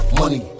money